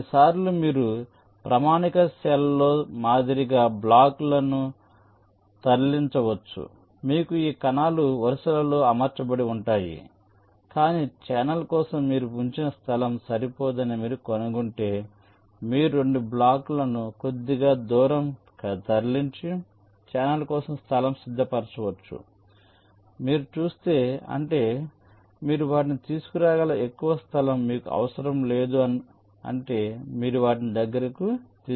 కొన్నిసార్లు మీరు ప్రామాణిక సెల్లో మాదిరిగా బ్లాక్లను తరలించవచ్చు మీకు ఈ కణాలు వరుసలలో అమర్చబడి ఉంటాయి కానీ ఛానెల్ కోసం మీరు ఉంచిన స్థలం సరిపోదని మీరు కనుగొంటే మీరు 2 బ్లాక్లను కొద్దిగా దూరంగా తరలించి ఛానెల్ కోసం స్థలం సిద్ధ పరచవచ్చు మీరు చూస్తే అంటే మీరు వాటిని తీసుకురాగల ఎక్కువ స్థలం మీకు అవసరం లేదు అంటే మీరు వాటిని దగ్గరకు తీసుకురావచ్చు